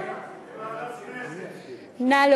בוועדה שתקבע ועדת הכנסת נתקבלה.